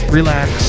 relax